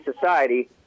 society